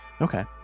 okay